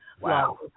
Wow